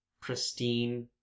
pristine